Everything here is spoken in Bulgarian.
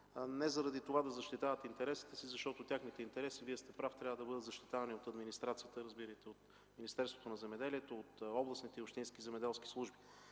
не заради това да защитават интересите си, а защото техните интереси – Вие сте прав – трябва да бъдат защитавани от администрацията, разбирайте от Министерството на земеделието, от областните и общински земеделски служби.